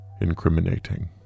incriminating